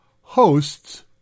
hosts